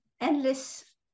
endless